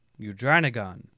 Eudranagon